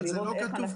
אבל זה לא כתוב.